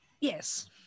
Yes